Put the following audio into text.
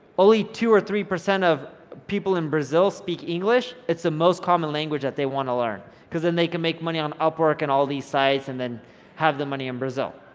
only two or three percent of people in brazil speak english, it's the most common language that they want to learn because then they can make money on upwork and all these sites and then have the money in brazil,